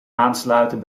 aansluiten